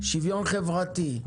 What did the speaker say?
שוויון חברתי,